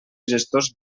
gestors